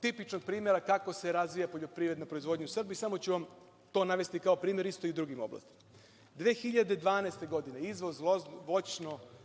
tipičnog primera kako se razvija poljoprivredna proizvodnja u Srbiji, samo ću vam to navesti kao primer isto i u drugim oblastima. Godine 2012. izvoz voćnog loznog sadnog materijala